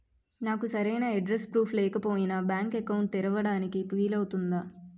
నాకు సరైన address proof లేకపోయినా బ్యాంక్ అకౌంట్ తెరవడానికి వీలవుతుందా?